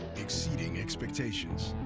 exceeding expectations.